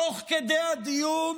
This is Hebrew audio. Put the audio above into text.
תוך כדי הדיון